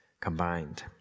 combined